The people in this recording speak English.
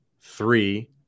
three